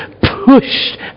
pushed